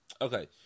Okay